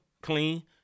clean